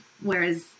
whereas